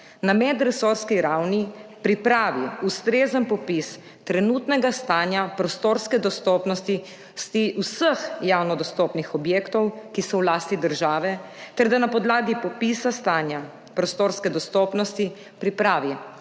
na medresorski ravni pripravi ustrezen popis trenutnega stanja prostorske dostopnosti vseh javno dostopnih objektov, ki so v lasti države, ter da na podlagi popisa stanja prostorske dostopnosti pripravi